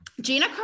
Gina